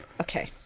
Okay